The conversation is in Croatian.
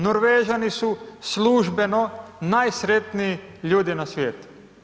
Norvežani su službeno najsretniji ljudi na svijetu.